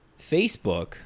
Facebook